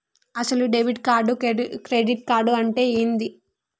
అసలు debit card credit card అంటే ఏంది?